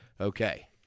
Okay